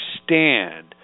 understand